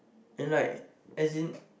and like as in